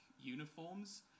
uniforms